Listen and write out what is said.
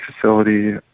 facility